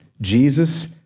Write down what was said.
Jesus